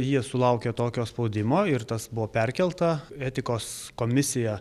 jie sulaukė tokio spaudimo ir tas buvo perkelta etikos komisija